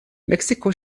mexiko